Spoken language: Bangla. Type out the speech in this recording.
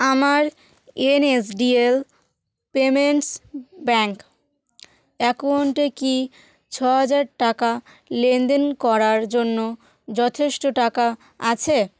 আমার এনএসডিএল পেমেন্টস ব্যাঙ্ক অ্যাকাউন্টে কি ছ হাজার টাকা লেনদেন করার জন্য যথেষ্ট টাকা আছে